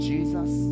Jesus